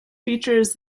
features